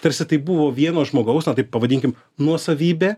tarsi tai buvo vieno žmogaus na taip pavadinkim nuosavybė